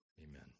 Amen